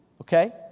okay